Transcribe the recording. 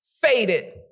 faded